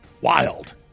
Wild